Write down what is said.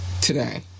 today